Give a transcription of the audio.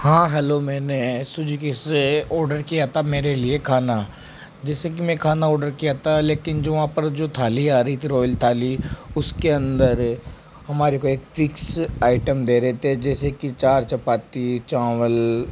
हाँ हेलो मैंने एसु जिकि से ऑर्डर किया था मेरे लिए खाना जैसे कि मैं खाना ऑर्डर किया था लेकिन जो वहाँ पर जो थाली आ रही थी रॉयल थाली उसके अंदर हमारे को एक फिक्स आइटम दे रहे थे जैसे की चार चपाती चावल